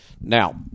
now